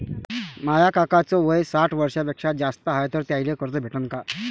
माया काकाच वय साठ वर्षांपेक्षा जास्त हाय तर त्याइले कर्ज भेटन का?